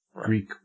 Greek